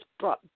brought